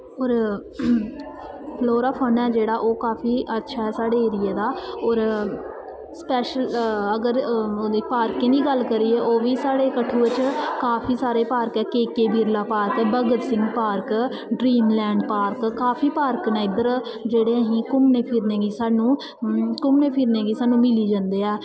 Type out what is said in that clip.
होर flora fauna ऐ जेह्ड़ा ओह् काफी अच्छा ऐ साढ़े एरिये दा होर स्पैशल अगर ओह्दी पार्कें दी गल्ल करिये ओह् बी साढ़े कठुआ च काफी सारे पार्क ऐ के के बिरला पार्क ऐ Bhagat Singh park dream land park काफी पार्क न इद्धर जेह्ड़े असें घूमने फिरने गी सानूं घूमने फिरने गी सानूं मिली जंदे ऐ